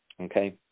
Okay